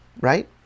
right